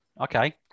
Okay